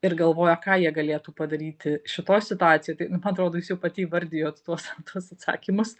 ir galvoja ką jie galėtų padaryti šitoj situacijoj tai man atrodo jūs jau pati įvardijot tuos tuos atsakymus